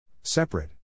Separate